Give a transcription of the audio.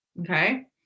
Okay